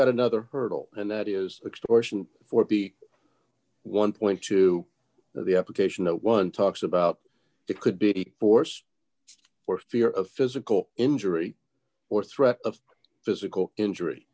got another hurdle and that is extortion for be one point to the application no one talks about the could be force or fear of physical injury or threat of physical injury